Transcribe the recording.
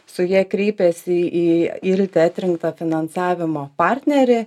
su ja kreipiasi į ilte atrinktą finansavimo partnerį